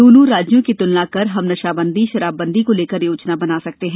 दोनों राज्यों की तुलना कर हम नशाबंदीशराबबंदी को लेकर योजना बना सकते हैं